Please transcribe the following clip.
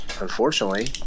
unfortunately